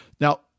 Now